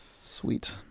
Sweet